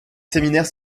séminaires